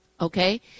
Okay